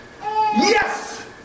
Yes